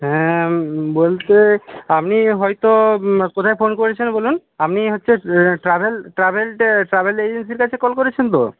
হ্যাঁ বলতে আপনি হয়তো কোথায় ফোন করেছেন বলুন আপনি হচ্ছে ট্র্যাভেল ট্র্যাভেলটে ট্র্যাভেল এজেন্সির কাছে কল করেছেন তো